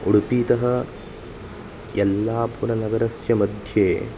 उडुपीतः यल्लापुरनगरस्य मध्ये